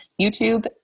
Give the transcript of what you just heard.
YouTube